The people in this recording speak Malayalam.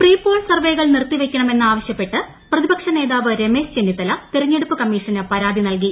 പ്രീ പോൾ സർവേകൾ നിർത്തിവയ്ക്കണമെന്ന് ന് ആവശ്യപ്പെട്ട് പ്രതിപക്ഷ നേതാവ് രമേശ് ചെന്നിത്തല തെരഞ്ഞെടുപ്പ് കമ്മീഷന് പരാതി നൽകി